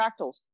fractals